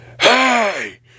Hey